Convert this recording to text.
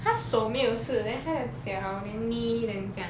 他的手没有事 then 他的脚 then knee then 这样